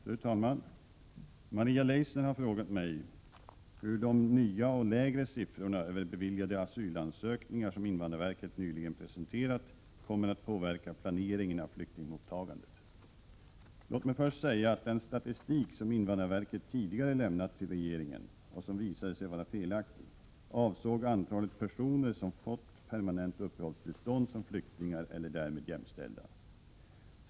Fru talman! Maria Leissner har frågat mig hur de nya och lägre siffrorna över beviljade asylansökningar som invandrarverket nyligen presenterat kommer att påverka planeringen av flyktingmottagandet. Låt mig först säga att den statistik som invandrarverket tidigare lämnat till regeringen — och som visade sig vara felaktig — avsåg antalet personer som fått permanent uppehållstillstånd som flyktingar eller därmed jämställda.